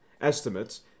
estimates